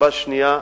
סיבה אחת,